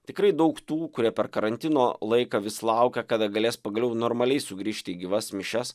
tikrai daug tų kurie per karantino laiką vis laukia kada galės pagaliau normaliai sugrįžti į gyvas mišias